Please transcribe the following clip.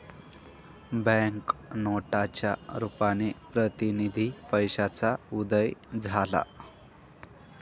bank नोटांच्या रुपाने प्रतिनिधी पैशाचा उदय झाला